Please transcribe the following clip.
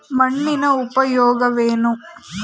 ಮಣ್ಣಿನ ಉಪಯೋಗವೇನು?